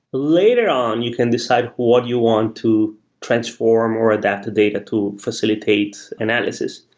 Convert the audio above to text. later on you can decide what you want to transform or adapt the data to facilitate analysis.